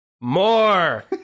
more